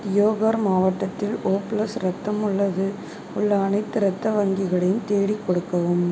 தியோகர் மாவட்டத்தில் O plus இரத்தம் உள்ளது உள்ள அனைத்து இரத்த வங்கிகளையும் தேடிக் கொடுக்கவும்